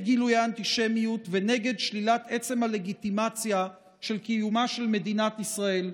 גילויי האנטישמיות ונגד שלילת עצם הלגיטימציה של קיומה של מדינת ישראל.